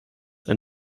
ein